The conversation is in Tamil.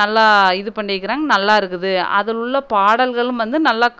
நல்லா இது பண்ணிருக்கிறாங்க நல்லா இருக்குது அதில் உள்ள பாடல்களும் வந்து நல்லா